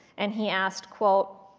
and he asked, quote,